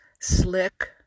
Slick